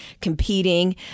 competing